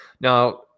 Now